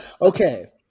Okay